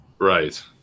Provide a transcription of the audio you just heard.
Right